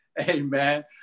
Amen